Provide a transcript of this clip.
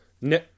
No